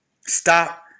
Stop